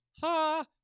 ha